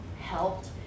helped